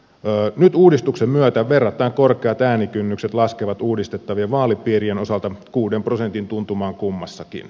nyt uudistuksen myötä verrattain korkeat äänikynnykset laskevat uudistettavien vaalipiirien osalta kuuden prosentin tuntumaan kummassakin